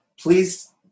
please